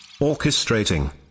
orchestrating